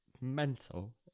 mental